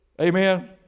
Amen